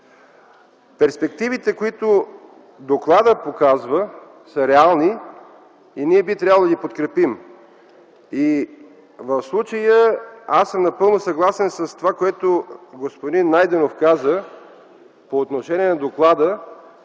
Перспективите, които докладът показва, са реални и ние би трябвало да ги подкрепим. В случая аз съм напълно съгласен с това, което каза господин Найденов по отношение на доклада,